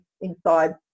inside